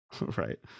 right